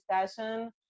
discussion